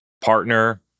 partner